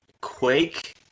Quake